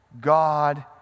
God